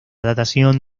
datación